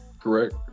Correct